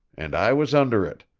and i was under it!